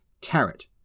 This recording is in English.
carrot